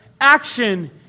Action